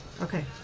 Okay